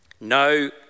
No